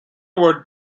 were